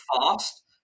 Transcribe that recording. fast